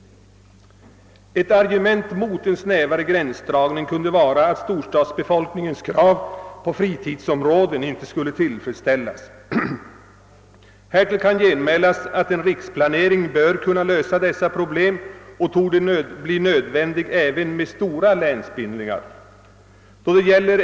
Ett argument mot en snävare gränsdragning kunde vara att storstadsbefolkningens krav på fritidsområden inte skulle tillfredsställas. Häremot kan genmälas att en riksplanering bör kunna lösa dessa problem. En sådan torde bli nödvändig även med stora länsbildningar.